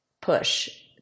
push